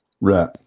Right